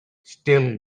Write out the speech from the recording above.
still